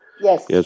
Yes